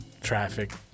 traffic